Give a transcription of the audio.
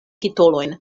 titolojn